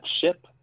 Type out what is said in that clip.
ship